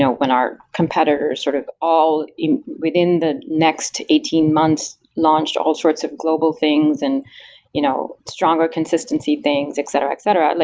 when our competitors sort of all within the next eighteen months launched all sorts of global things and you know stronger consistency things, etc, etc. like